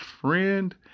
friend